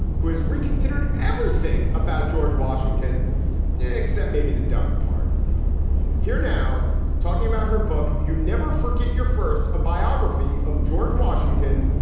who has reconsidered everything about george washington yeah except maybe the dung part here. now talking about her book. you never forget your first, a biography of george washington.